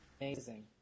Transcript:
Amazing